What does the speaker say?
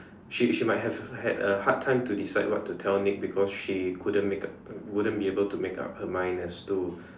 she she might might have have had a hard time to decide what to tell Nick because she couldn't make up wouldn't be able to make up her mind as to